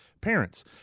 parents